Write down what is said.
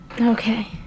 Okay